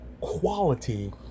quality